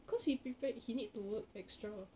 cause he prepared he need to work extra